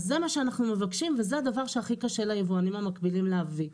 אז זה מה שאנחנו מבקשים וזה הדבר שהכי קשה ליבואנים המקבילים להביא.